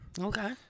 Okay